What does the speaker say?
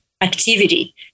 activity